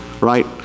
right